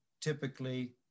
typically